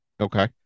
Okay